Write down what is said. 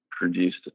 produced